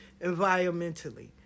environmentally